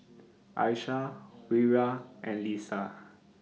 Aishah Wira and Lisa